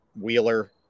wheeler